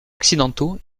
occidentaux